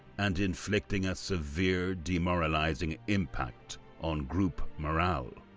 and inflicting a severe demoralizing impact on group morale.